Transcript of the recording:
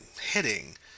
hitting